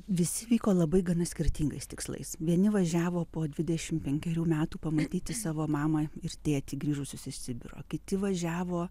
visi vyko labai gana skirtingais tikslais vieni važiavo po dvidešim penkerių metų pamatyti savo mamą ir tėtį grįžusius iš sibiro kiti važiavo